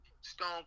Stone